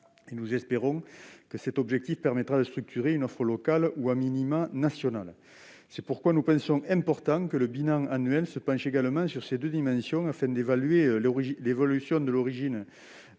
Nous espérons que cet objectif permettra de structurer une offre locale ou nationale. C'est pourquoi nous pensons important que le bilan annuel se penche également sur ces deux dimensions afin d'évaluer l'évolution de l'origine